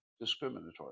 discriminatory